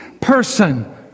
person